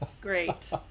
Great